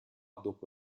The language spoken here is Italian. dopo